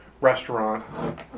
restaurant